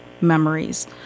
memories